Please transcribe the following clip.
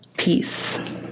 Peace